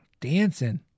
dancing